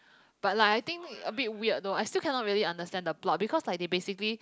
but lah I think a bit weird through I still cannot really understand the plot because like they basically